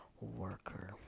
worker